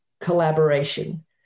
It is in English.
collaboration